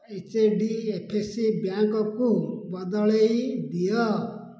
H D F C ବ୍ୟାଙ୍କ୍କୁ ବଦଳେଇ ଦିଅ